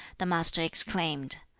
the master exclaimed,